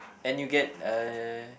and you get uh